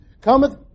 cometh